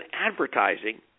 advertising